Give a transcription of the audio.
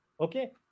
Okay